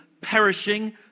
perishing